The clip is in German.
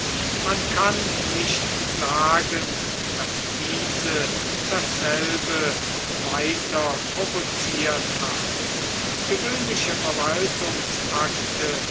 man kann nicht sagen daß diese dasselbe weiter provoziert hat gewöhnliche